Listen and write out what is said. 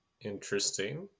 Interesting